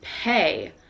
pay